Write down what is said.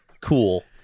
Cool